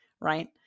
right